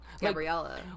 Gabriella